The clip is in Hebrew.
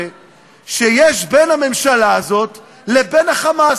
שיש בין הממשלה הזאת לבין ה"חמאס".